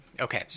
Okay